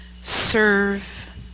Serve